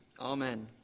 Amen